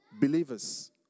believers